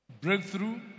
breakthrough